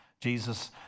Jesus